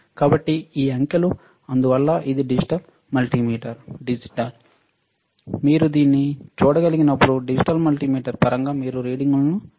కాబట్టి ఈ అంకెలు అందువల్ల ఇది డిజిటల్ మల్టీమీటర్ డిజిటల్ మీరు దీన్ని చూడగలిగినప్పుడు డిజిటల్ మల్టీమీటర్ పరంగా మీరు రీడింగులను చూడవచ్చు